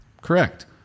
Correct